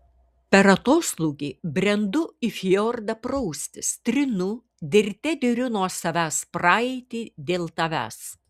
per atoslūgį brendu į fjordą praustis trinu dirte diriu nuo savęs praeitį dėl tavęs